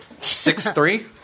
Six-three